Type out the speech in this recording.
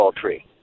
tree